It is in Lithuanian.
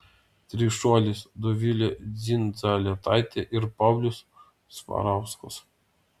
trišuolis dovilė dzindzaletaitė ir paulius svarauskas